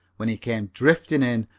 when he came drifting in,